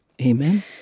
Amen